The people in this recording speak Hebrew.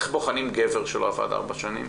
איך בוחנים גבר שלא עבד ארבע שנים?